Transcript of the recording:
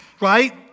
right